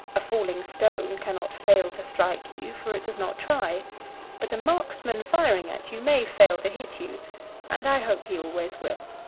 a falling stone cannot fail to strike you, for it does not try but a marksman firing at you may fail to hit you and i hope he always will.